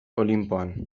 olinpoan